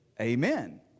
amen